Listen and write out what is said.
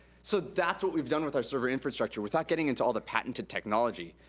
so that's what we've done with our server infrastructure. without getting into all the patented technology,